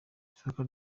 ufatwa